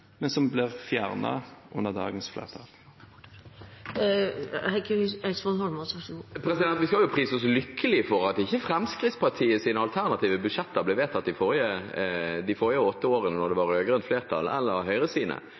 som ble fjernet under dagens flertall. Vi skal prise oss lykkelig for at ikke Fremskrittspartiets eller Høyres alternative budsjetter ble vedtatt i de forrige åtte årene da det var rød-grønt flertall.